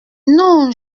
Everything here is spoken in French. non